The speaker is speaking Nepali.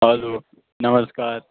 हेलो नमस्कार